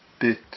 bit